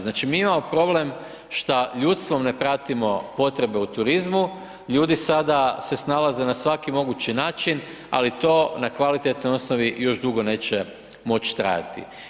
Znači, mi imamo problem šta ljudstvom ne pratimo potrebe u turizmu, ljudi sada se snalaze na svaki mogući način, ali to na kvalitetnoj osnovi još dugo neće moć trajati.